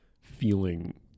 feeling